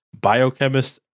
biochemist